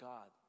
God